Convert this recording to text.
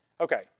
Okay